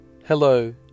hello